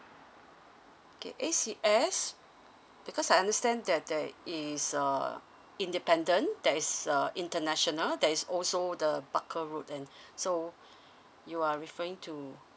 okay A_C_S because I understand that there is uh independent that is uh international that is also the barker road and so you are referring to